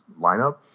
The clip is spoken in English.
lineup